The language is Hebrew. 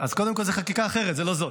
אז קודם כול זאת חקיקת אחרת, לא זאת.